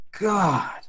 God